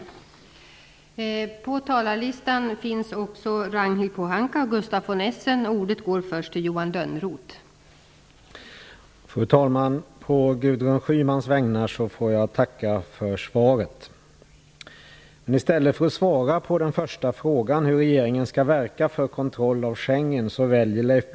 Då Gudrun Schyman, som framställt interpellationen, anmält att hon var förhindrad att närvara vid sammanträdet, medgav andre vice talmannen att Johan Lönnroth i stället fick delta i överläggningen.